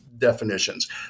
definitions